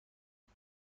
خوب